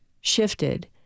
shifted